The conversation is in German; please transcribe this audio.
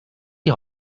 die